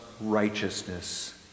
righteousness